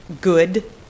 good